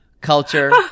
culture